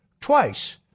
twice